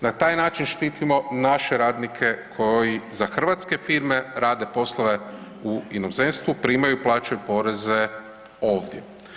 Na taj način štitimo naše radnike koji za hrvatske firme rade poslove u inozemstvu, primaju plaću i poreze ovdje.